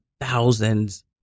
thousands